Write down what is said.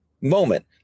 moment